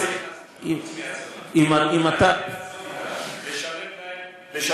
מתי לאחרונה היית במחנה הפליטים שועפאט,